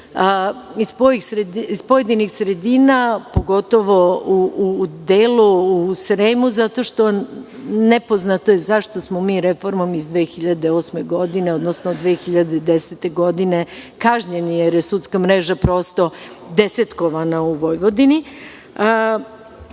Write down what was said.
Iz pojedinih sredina, pogotovo u delu Srema, zato što je nepoznato zašto smo reformom iz 2008. godine, odnosno 2010. godine kažnjeni, jer je sudska mreža desetkovana u Vojvodini.U